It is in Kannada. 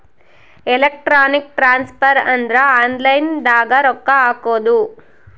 ಎಲೆಕ್ಟ್ರಾನಿಕ್ ಟ್ರಾನ್ಸ್ಫರ್ ಅಂದ್ರ ಆನ್ಲೈನ್ ದಾಗ ರೊಕ್ಕ ಹಾಕೋದು